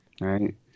Right